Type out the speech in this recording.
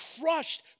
crushed